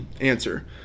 Answer